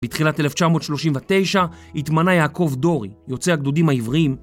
בתחילת 1939 התמנה יעקב דורי, יוצא הגדודים העבריים